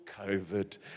COVID